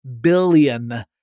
billion